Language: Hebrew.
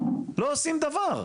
לא עושים דבר.